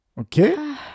Okay